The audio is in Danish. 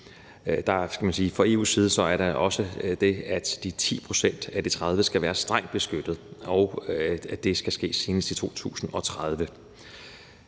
Fra EU's side er der også det, at de 10 pct. af de 30 pct. skal være strengt beskyttet, og at det skal ske senest i 2030.